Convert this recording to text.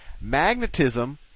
Magnetism